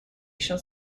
shall